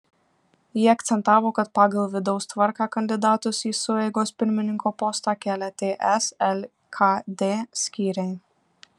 ji akcentavo kad pagal vidaus tvarką kandidatus į sueigos pirmininko postą kelia ts lkd skyriai